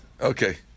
Okay